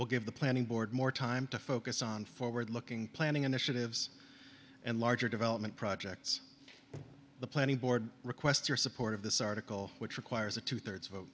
will give the planning board more time to focus on forward looking planning initiatives and larger development projects the planning board requests your support of this article which requires a two thirds